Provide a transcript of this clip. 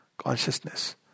consciousness